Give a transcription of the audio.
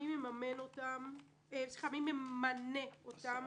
מי ממנה אותם?